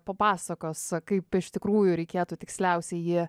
papasakos kaip iš tikrųjų reikėtų tiksliausiai jį